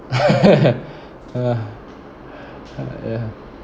ya